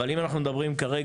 אבל אם אנחנו מדברים כרגע,